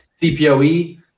CPOE